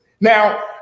Now